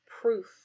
proof